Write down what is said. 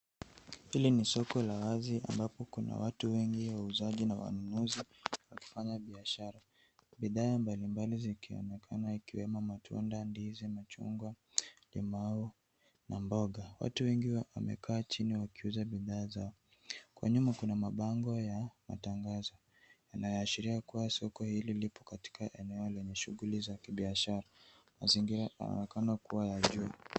Hili ni soko la wazi ambapo kuna watu wengi wauzaji na wanunuzi wakifanya biashara. Bidhaa mbalimbali zikiwaonekana ikiwemo matunda, ndizi, machungwa, limau na mboga. Watu wengi wamekaa chini wakiuza bidhaa zao. Kwa nyuma kuna mabango ya matangazo inayoashiria kuwa soko hili lipo katika eneo lenye shughuli za kibiashara. Mazingira yanaonekana kuwa ya jua.